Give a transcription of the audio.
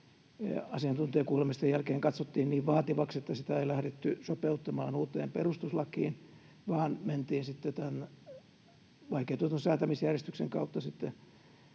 asiantuntijakuulemisten jälkeen katsottiin niin vaativaksi, että sitä ei lähdetty sopeuttamaan uuteen perustuslakiin, vaan mentiin sitten vaikeutetun säätämisjärjestyksen kautta